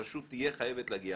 הרשות תהיה חייבת להגיע.